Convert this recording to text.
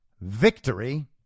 victory